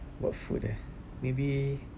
what food eh maybe